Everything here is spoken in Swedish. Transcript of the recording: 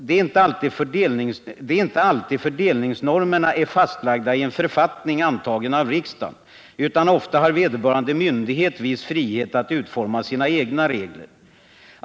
Det är inte alltid fördelningsnormerna är fastlagda i en författning antagen av riksdagen, utan ofta har vederbörande myndighet viss frihet att utforma sina egna regler.